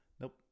Nope